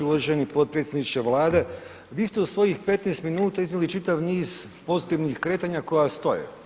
Uvaženi potpredsjedniče Vlade, vi ste u svojih 15 min iznijeli čitav niz pozitivnih kretanja koje stoje.